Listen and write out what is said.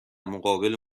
مقابل